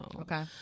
Okay